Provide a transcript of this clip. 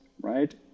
right